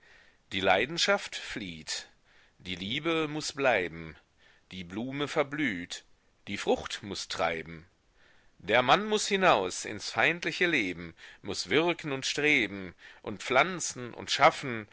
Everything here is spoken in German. die leidenschaft flieht die liebe muß bleiben die blume verblüht die frucht muß treiben der mann muß hinaus ins feindliche leben muß wirken und streben und pflanzen und schaffen